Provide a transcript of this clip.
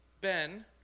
Ben